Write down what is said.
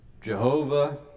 Jehovah